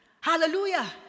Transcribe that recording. hallelujah